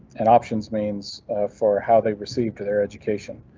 and options means for how they received their education,